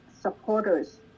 supporters